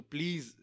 Please